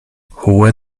hohe